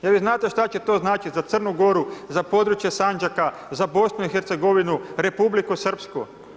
Je li vi znate što će to značiti za Crnu Goru, sa područje Sandžaka, za BiH, Republiku Srpsku?